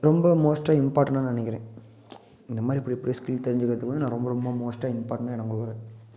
ரொம்ப மோஸ்டாக இம்பார்டன்டாக நான் நினைக்கிறேன் இந்தமாதிரி இப்படி இப்படி ஸ்கில் தெரிஞ்சிக்கிறது வந்து நான் ரொம்ப ரொம்ப மோஸ்டாக இம்பார்டன்ட்டாக நான் கொடுக்குறேன்